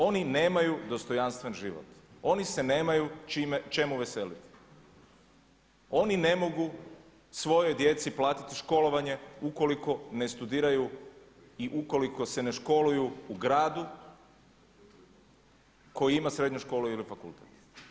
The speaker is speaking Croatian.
Oni nemaju dostojanstven život, oni se nemaju čemu veseliti, oni ne mogu svojoj djeci platiti školovanje ukoliko ne studiraju i ukoliko se ne školuju u gradu koji ima srednju školu ili fakultet.